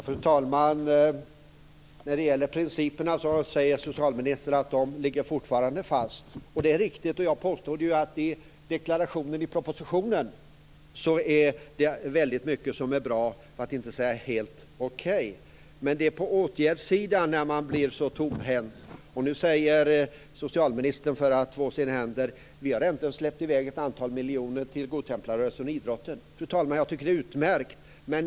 Fru talman! Socialministern säger att principerna fortfarande ligger fast. Det är riktigt. Jag påstår att i deklarationen i propositionen är det väldigt mycket som är bra, för att inte säga helt okej. Men det är på åtgärdssidan som man blir så tomhänt! Socialministern säger för att två sina händer: Vi har ändå släppt i väg ett antal miljoner till godtemplarrörelsen och idrotten. Fru talman! Jag tycker att detta är utmärkt.